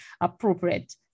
appropriate